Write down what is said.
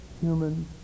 human